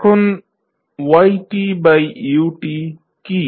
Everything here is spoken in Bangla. এখন ytut কী